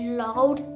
loud